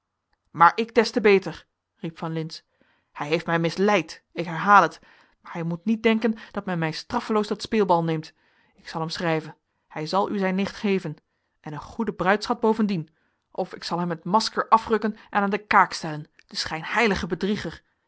maar ik des te beter riep van lintz hij heeft mij misleid ik herhaal het maar hij moet niet denken dat men mij straffeloos tot speelbal neemt ik zal hem schrijven hij zal u zijn nicht geven en een goeden bruidsschat bovendien of ik zal hem het masker afrukken en aan de kaak stellen den schijnheiligen bedrieger